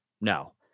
no